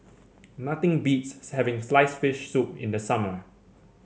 nothing beats having slice fish soup in the summer